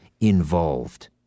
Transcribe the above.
involved